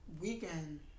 weekend